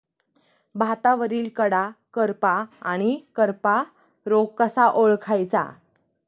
भातावरील कडा करपा आणि करपा रोग कसा ओळखायचा?